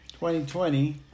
2020